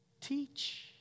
Teach